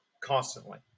constantly